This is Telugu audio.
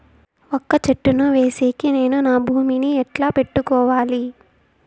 వక్క చెట్టును వేసేకి నేను నా భూమి ని ఎట్లా పెట్టుకోవాలి?